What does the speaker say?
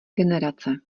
generace